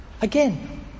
again